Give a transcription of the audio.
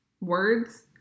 words